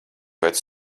pēc